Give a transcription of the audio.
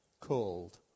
called